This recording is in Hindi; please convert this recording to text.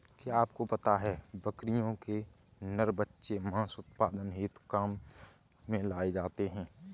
क्या आपको पता है बकरियों के नर बच्चे मांस उत्पादन हेतु काम में लाए जाते है?